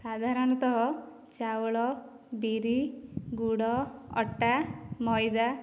ସାଧାରଣତଃ ଚାଉଳ ବିରି ଗୁଡ଼ ଅଟା ମଇଦା